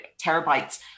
terabytes